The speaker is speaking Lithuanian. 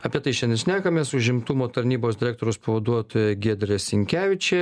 apie tai šiandien ir šnekamės užimtumo tarnybos direktoriaus pavaduotoja giedrė sinkevičė